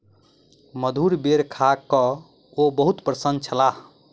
मधुर बेर खा कअ ओ बहुत प्रसन्न छलाह